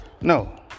no